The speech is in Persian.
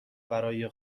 برای